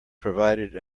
provided